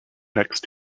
next